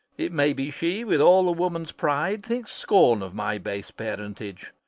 it may be she with all a woman's pride thinks scorn of my base parentage.